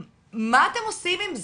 מה אתם עושים עם זה?